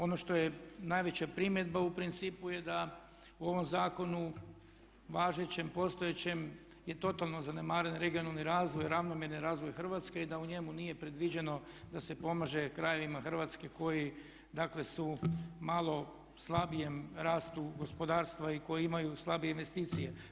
Ono što je najveća primjedba u principu je da u ovom zakonu važećem postojećem je totalno zanemaren regionalni razvoj, ravnomjerni razvoj Hrvatske i da u njemu nije predviđeno da se pomaže krajevima Hrvatske koji dakle su u malo slabijem rastu gospodarstva i koji imaju slabije investicije.